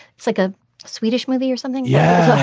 it's like a swedish movie or something. yeah.